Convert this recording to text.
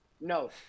No